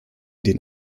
den